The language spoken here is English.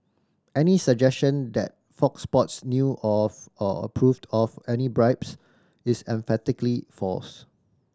any suggestion that Fox Sports knew of or approved of any bribes is emphatically false